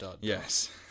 Yes